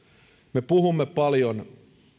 me puhumme paljon